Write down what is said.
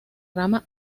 rama